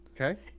Okay